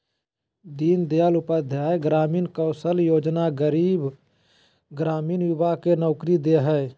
दीन दयाल उपाध्याय ग्रामीण कौशल्य योजना गरीब ग्रामीण युवा के नौकरी दे हइ